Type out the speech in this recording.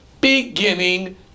Beginning